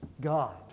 God